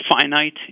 finite